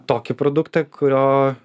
tokį produktą kurio